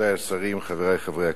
רבותי השרים, חברי חברי הכנסת,